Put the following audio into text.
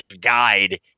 guide